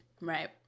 Right